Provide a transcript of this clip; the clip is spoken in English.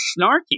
snarky